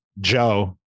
Joe